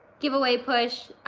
giveaway push,